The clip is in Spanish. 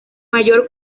mayor